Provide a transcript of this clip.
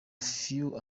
few